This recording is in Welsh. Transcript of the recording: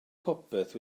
popeth